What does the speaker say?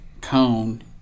cone